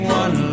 one